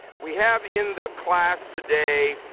we have in the class today,